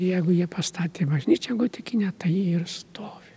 jeigu jie pastatė bažnyčią gotikinę tai ji ir stovi